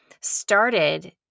started